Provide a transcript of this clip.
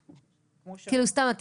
סתם,